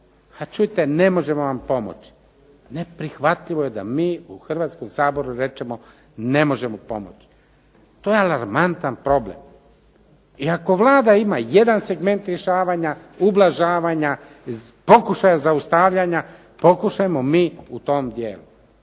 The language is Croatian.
a čujte ne možemo vam pomoći. Neprihvatljivo je da mi u Hrvatskom saboru kažemo ne možemo pomoći. To je alarmantan problem. I ako Vlada ima jedan segment rješavanja, ublažavanja, pokušaja zaustavljanja pokušajmo mi u tom dijelu.